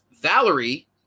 Valerie